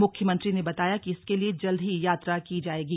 मुख्यमंत्री ने बताया कि इसके लिए जल्द ही यात्रा की जाएगी